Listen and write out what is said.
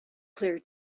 clear